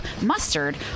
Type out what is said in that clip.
Mustard